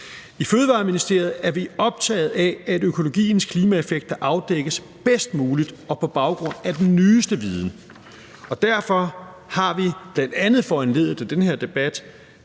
I Fødevareministeriet er vi optaget af, at økologiens klimaeffekter afdækkes bedst muligt og på baggrund af den nyeste viden. Derfor har vi, bl.a. foranlediget af den her debat,